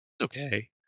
okay